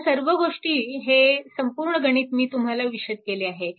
ह्या सर्व गोष्टी हे संपूर्ण गणित मी तुम्हाला विशद केले आहे